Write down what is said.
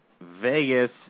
Vegas